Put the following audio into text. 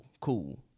cool